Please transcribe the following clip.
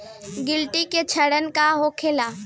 गिलटी के लक्षण का होखे?